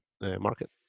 market